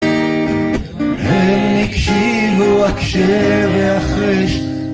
הם הקשיבו הקשב והחרש